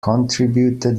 contributed